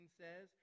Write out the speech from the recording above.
says